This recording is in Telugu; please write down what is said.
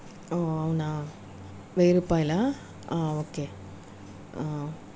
ఓ అవునా వెయ్యి రూపాయిల ఓకే